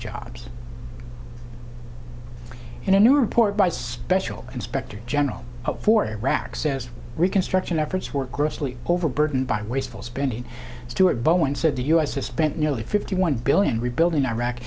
jobs in a new report by special inspector general for iraq says reconstruction efforts were grossly overburdened by wasteful spending stuart bowen said the u s has spent nearly fifty one billion rebuilding iraq